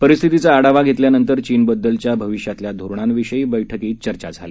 परिस्थितीचा आढावा घेतल्यानंतर चीनबदलच्या भविष्यातल्या धोरणांविषयी बस्कीत चर्चा झाली